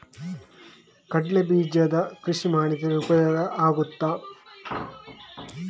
ಕಡ್ಲೆ ಬೀಜದ ಕೃಷಿ ಮಾಡಿದರೆ ಉಪಯೋಗ ಆಗುತ್ತದಾ?